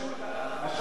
חבר הכנסת פיניאן.